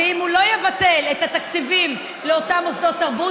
ואם הוא לא יבטל את התקציבים לאותם מוסדות תרבות,